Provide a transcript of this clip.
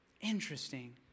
Interesting